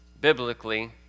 biblically